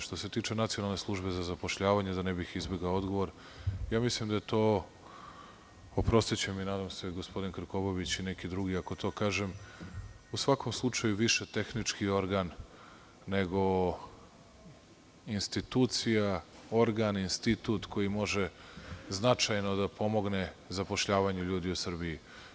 Što se tiče Nacionalne službe za zapošljavanje, da ne bi izbegao odgovor, mislim da je to, oprostiće mi, nadam se, gospodin Krkobabić i neki drugi ako to kažem, u svakom slučaju, više tehnički organ nego institucija, organ, institut koji može značajno da pomogne zapošljavanju ljudi u Srbiji.